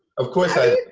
of course i